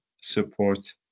support